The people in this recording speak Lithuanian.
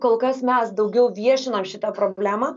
kol kas mes daugiau viešinam šitą problemą